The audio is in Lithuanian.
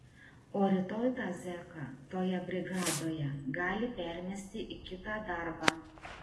o rytoj tą zeką toje brigadoje gali permesti į kitą darbą